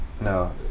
No